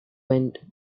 went